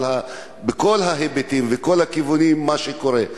כל ההיבטים וכל הכיוונים של מה שקורה.